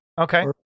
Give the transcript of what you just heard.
Okay